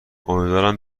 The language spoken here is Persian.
امیدوارم